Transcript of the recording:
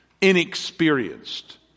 inexperienced